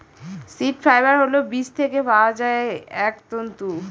seed fibre হল বীজ থেকে পাওয়া এক তন্তু